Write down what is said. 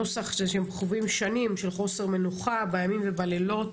הנוסח שהם חווים שנים של חוסר מנוחה בימים ובלילות,